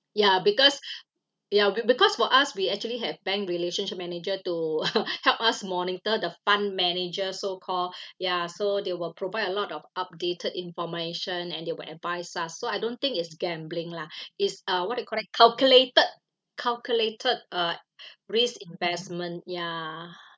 ya be~ because for us we actually have bank relationship manager to help us monitor the fund manager so call ya so they will provide a lot of updated information and they will advise ah so I don't think it's gambling lah it's uh what you call that calculated calculated uh risk investment ya